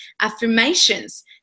affirmations